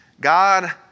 God